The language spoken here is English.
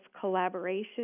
collaboration